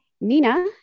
Nina